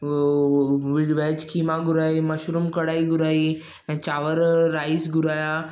उहो वेज खीमा घुराई मशरूम कढ़ाई घुराई ऐं चांवर राइस घुराया